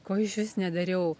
ko išvis nedariau